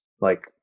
Like-